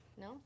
No